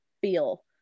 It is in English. feel